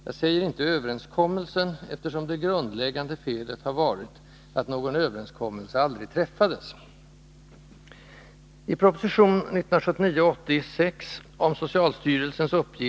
Jag säger inte ”överenskommel sen”, eftersom det grundläggandet felet har varit att någon överenskommelse aldrig träffades.